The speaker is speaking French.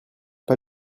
pas